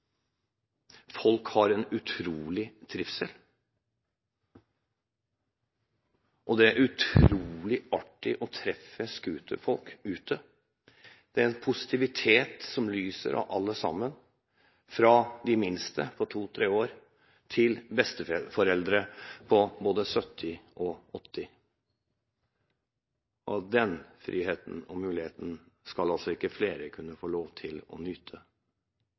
folk har en utrolig trivsel, og det er utrolig artig å treffe scooterfolk ute. Det er en positivitet som lyser av alle, fra de minste på 2–3 år til besteforeldre på både 70 og 80 år. Den friheten og muligheten skal altså ikke flere kunne få lov til å nyte.